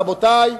רבותי,